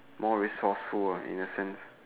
more resourceful in a sense